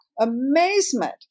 amazement